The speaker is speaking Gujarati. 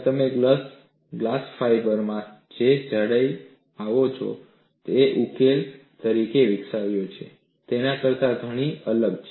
તમે ગ્લાસ ફાઇબર માં જે જાડાઈઓ આવો છો તે તમે ઉકેલ તરીકે વિકસાવ્યા છે તેના કરતા ઘણી અલગ છે